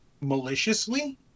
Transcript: maliciously